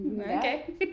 Okay